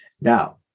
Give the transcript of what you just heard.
Now